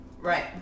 Right